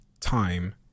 time